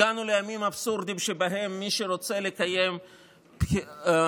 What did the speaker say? הגענו לימים אבסורדיים שבהם מי שרוצה לקיים בחירות